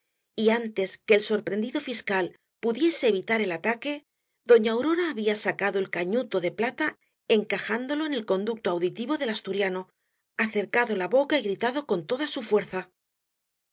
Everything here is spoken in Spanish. y antes que el sorprendido fiscal pudiese evitar el ataque doña aurora había sacado el cañuto de plata encajándolo en el conducto auditivo del asturiano acercado la boca y gritado con toda su fuerza